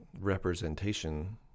representation